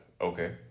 Okay